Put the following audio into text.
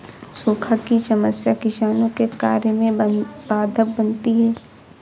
सूखा की समस्या किसानों के कार्य में बाधक बनती है